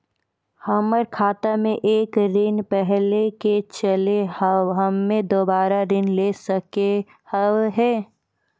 हमर खाता मे एक ऋण पहले के चले हाव हम्मे दोबारा ऋण ले सके हाव हे?